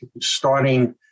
starting